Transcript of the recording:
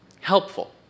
helpful